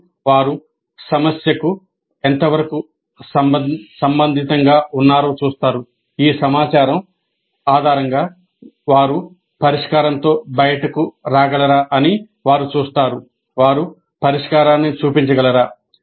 అప్పుడు వారు సమస్యకు ఎంతవరకు సంబంధితంగా ఉన్నారో చూస్తారు ఈ సమాచారం ఆధారంగా వారు పరిష్కారంతో బయటకు రాగలరా అని వారు చూస్తారు వారు పరిష్కారాన్ని చూపించగలరా